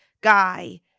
guy